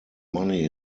money